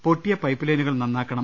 പൊട്ടിയ പൈപ്പ് ലൈനുകൾ നന്നാ ക്കണം